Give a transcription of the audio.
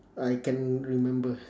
I cannot remember